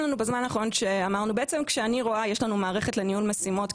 יש לנו מערכת לניהול משימות.